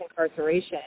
incarceration